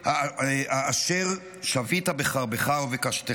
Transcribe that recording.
האשר שבית בחרבך ובקשתך